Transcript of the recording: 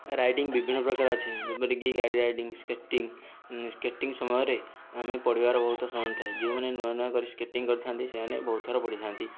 riding ବିଭିନ୍ନ ପ୍ରକାରର ଅଛି ଯେପରିକି ଗାଡ଼ି ରାଇଡିଂ ସ୍କେଟିଂ ସ୍କେଟିଂ ସମୟରେ ଆମେ ପଡ଼ିବାର ବହୁତ ସମ୍ଭାବନା ଥାଏ ଯେଉଁମାନେ ନୂଆ ନୂଆ କରି ସ୍କେଟିଂ କରିଥାଆନ୍ତି ସେମାନେ ବହୁତ ଥର ପଡ଼ିଥାନ୍ତି